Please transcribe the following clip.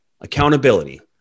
accountability